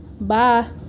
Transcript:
Bye